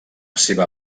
seva